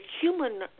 human